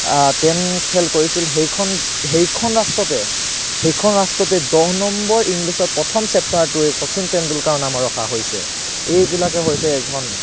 ten fail কৰিছিল সেইখন সেইখন ৰাষ্ট্ৰতে সেইখন ৰাষ্ট্ৰতে দহ নম্বৰ ইংলিছত প্ৰথম চেপ্তাৰটোৱে শচীন তেণ্ডুলকাৰৰ নামৰ ৰখা হৈছে এইবিলাকে হৈছে এজন